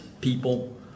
people